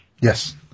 Yes